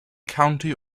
county